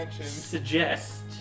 Suggest